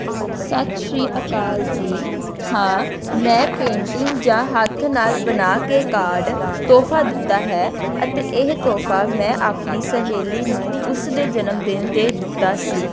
ਸਤਿ ਸ਼੍ਰੀ ਅਕਾਲ ਜੀ ਹਾਂ ਮੈਂ ਪੇਂਟਿੰਗ ਜਾਂ ਹੱਥ ਨਾਲ ਬਣਾ ਕੇ ਕਾਰਡ ਤੋਹਫ਼ਾ ਦਿੱਤਾ ਹੈ ਅਤੇ ਇਹ ਤੋਹਫ਼ਾ ਮੈਂ ਆਪਣੀ ਸਹੇਲੀ ਨੂੰ ਉਸਦੇ ਜਨਮ ਦਿਨ 'ਤੇ ਦਿੱਤਾ ਸੀ